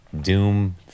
doom